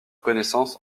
connaissance